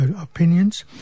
opinions